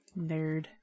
Nerd